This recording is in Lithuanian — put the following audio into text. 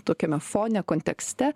tokiame fone kontekste